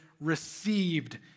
received